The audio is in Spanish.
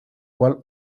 cuál